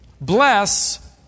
bless